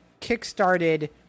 kickstarted